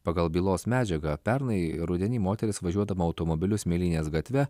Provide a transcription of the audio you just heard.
pagal bylos medžiagą pernai rudenį moteris važiuodama automobiliu smėlynės gatve